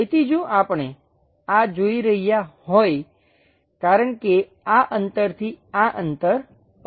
તેથી જો આપણે આ જોઈ રહ્યા હોય કારણ કે આ અંતરથી આ અંતર 50 છે